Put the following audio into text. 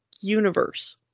universe